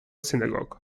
synagogue